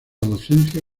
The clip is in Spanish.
docencia